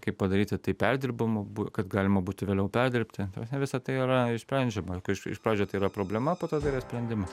kaip padaryti tai perdirbamu kad galima būtų vėliau perdirbti visa tai yra išsprendžiama iš pradžių tai yra problema o po to tai yra sprendimas